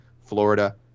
Florida